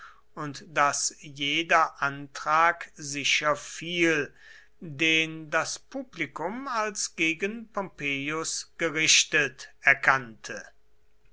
und daß jeder antrag sicher fiel den das publikum als gegen pompeius gerichtet erkannte